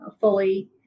fully